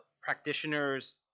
practitioners